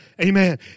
Amen